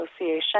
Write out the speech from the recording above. association